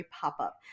pop-up